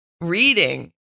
reading